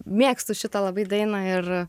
mėgstu šitą labai dainą ir